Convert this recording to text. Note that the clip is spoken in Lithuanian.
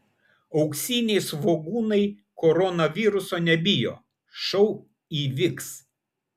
auksiniai svogūnai koronaviruso nebijo šou įvyks